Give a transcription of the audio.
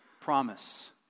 Promise